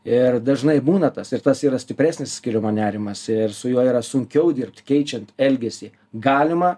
ir dažnai būna tas ir tas yra stipresnis išsiskyrimo nerimas ir su juo yra sunkiau dirbti keičiant elgesį galima